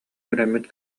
үөрэммит